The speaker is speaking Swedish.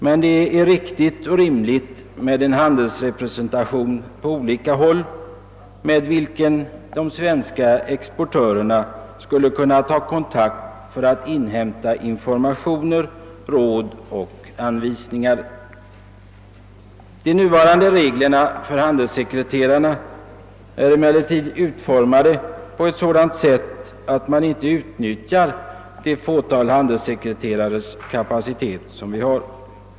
Men det är riktigt och rimligt med en handelsrepresentation på olika håll, som de svenska exportörerna kan ta kontakt med för att inhämta informationer, råd och anvisningar. De nuvarande reglerna är emellertid utformade på ett sådant sätt att de fåtaliga handelssekreterarnas kapacitet inte ut nyttjas.